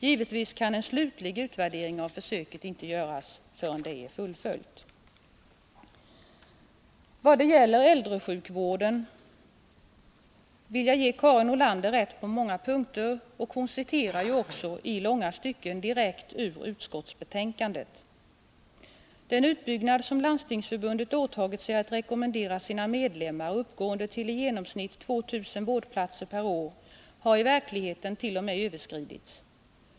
Givetvis kan en slutlig utvärdering av försöket inte göras förrän det är fullföljt. När det gäller äldresjukvården vill jag ge Karin Nordlander rätt på många punkter. Hon citerade också i långa stycken direkt ur utskottsbetänkandet. Den utbyggnad som Landstingsförbundet åtagit sig att rekommendera sina medlemmar, som uppgår till i genomsnitt 2 000 vårdplatser per år, har i verkligheten t.o.m. överskridits.